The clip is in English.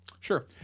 Sure